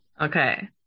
Okay